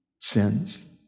sins